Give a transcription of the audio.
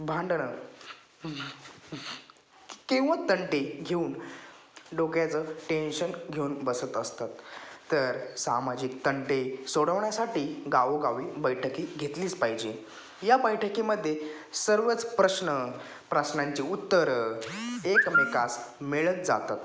भांडणं किंवा तंटे घेऊन डोक्याचं टेन्शन घेऊन बसत असतात तर सामाजिक तंटे सोडवण्यासाठी गावोगावी बैठक ही घेतलीच पाहिजे या बैठकीमध्ये सर्वच प्रश्न प्रश्नांचे उत्तरं एकमेकास मिळत जातात